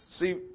See